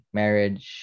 marriage